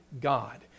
God